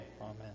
amen